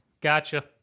Gotcha